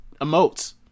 emotes